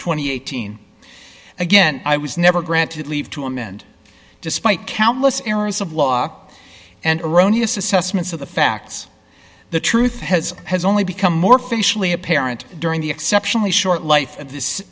and eighteen again i was never granted leave to amend despite countless errors of law and erroneous assessments of the facts the truth has has only become more facially apparent during the exceptionally short life of this